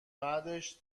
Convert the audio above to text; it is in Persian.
بعدش